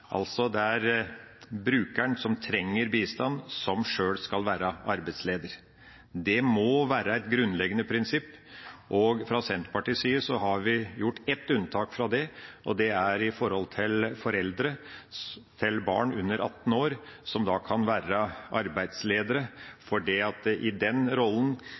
altså brukeren som trenger bistand, som sjøl skal være arbeidsleder. Det må være et grunnleggende prinsipp. Fra Senterpartiets side har vi gjort ett unntak fra det. Det gjelder foreldre til barn under 18 år, som kan være arbeidsledere, for det er rimelig opplagt at